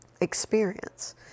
experience